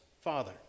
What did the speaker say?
father